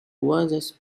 wisest